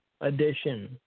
edition